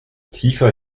tiefer